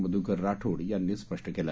मधुकर राठोड यांनी स्पष्ट केलं